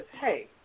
hey